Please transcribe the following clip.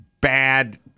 bad